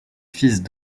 fils